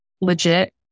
legit